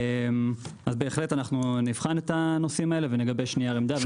אנחנו נבחן את הנושאים האלה ונגבש נייר עמדה.